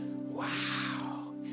Wow